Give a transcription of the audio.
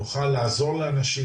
נוכל לעזור לאנשים,